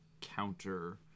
counter